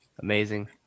Amazing